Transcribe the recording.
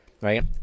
right